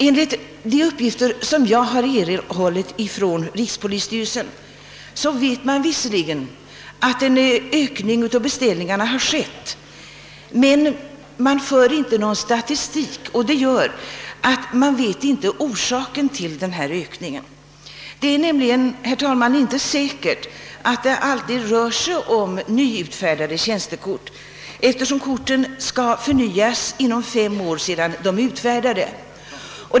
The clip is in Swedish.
Enligt de uppgifter som jag har erhållit från rikspolisstyrelsen vet man visserligen att en ökning av beställningarna har skett, men frånvaron av statistik gör att man inte kan ange orsaken till denna ökning. Det är nämligen inte säkert att det alltid rör sig om nyutfärdade tjänstekort, eftersom korten skall förnyas inom fem år efter utfärdandet.